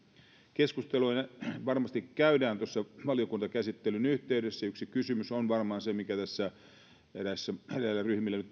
keskusteluja varmasti käydään valiokuntakäsittelyn yhteydessä yksi kysymys on varmaan se mikä tässä nyt